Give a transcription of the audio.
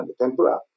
tempura